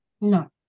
No